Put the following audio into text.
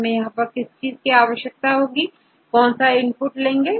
हमें क्या इनपुट की आवश्यकता होती है